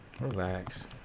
Relax